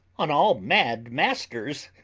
on all mad masters,